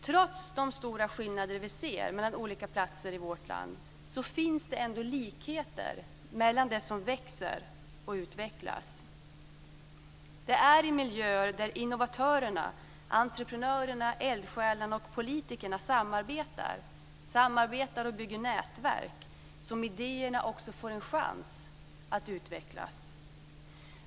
Trots de stora skillnader vi ser mellan olika platser i vårt land finns det ändå likheter mellan det som växer och utvecklas. Det är i miljöer där innovatörerna, entreprenörerna, eldsjälarna och politikerna samarbetar och bygger nätverk som idéerna också får en chans att utvecklas.